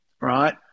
right